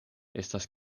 estas